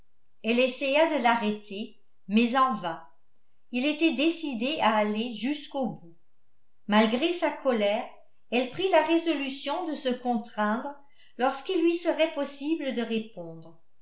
elle essaya de l'arrêter mais en vain il était décidé à aller jusqu'au bout malgré sa colère elle prit la résolution de se contraindre lorsqu'il lui serait possible de répondre